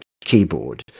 keyboard